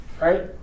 right